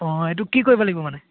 অঁ এইটো কি কৰিব লাগিব মানে